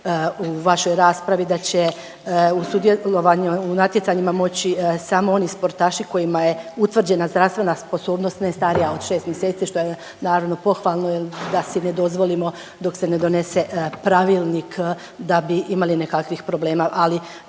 u vašoj raspravi da će u sudjelovanju u natjecanjima moći samo oni sportaši kojima je utvrđena zdravstvena sposobnost ne starija od šest mjeseci, što je naravno pohvalno jel da si ne dozvolimo dok se ne donose pravilnik da bi imali nekakvih problema,